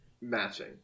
matching